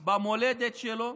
ושוויון במולדת שלו.